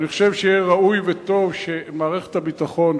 אני חושב שיהיה ראוי וטוב שמערכת הביטחון,